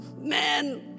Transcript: man